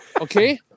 Okay